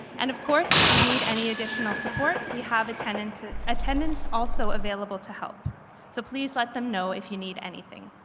and of course if you need any additional support we have attendants ah attendants also available to help so please let them know if you need anything.